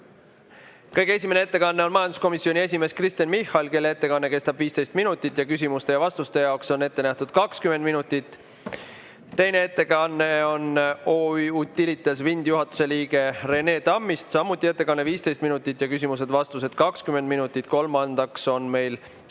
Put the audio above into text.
kõige esimene ettekanne on majanduskomisjoni esimehelt Kristen Michalilt, kelle ettekanne kestab 15 minutit, ning küsimuste ja vastuste jaoks on ette nähtud 20 minutit. Teine ettekanne on OÜ Utilitas Windi juhatuse liikmelt Rene Tammistilt, tema ettekanne on samuti 15 minutit ja küsimused-vastused 20 minutit. Kolmas [esineja]